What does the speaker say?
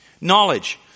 Knowledge